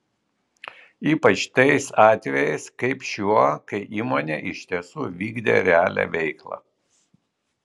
ypač tais atvejais kaip šiuo kai įmonė iš tiesų vykdė realią veiklą